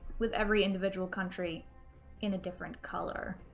with every individual country in a different color.